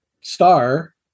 star